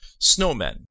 snowmen